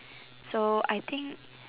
so I think